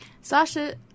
Sasha